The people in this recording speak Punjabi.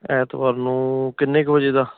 ਐਤਵਾਰ ਨੂੰ ਕਿੰਨੇ ਕੁ ਵਜੇ ਦਾ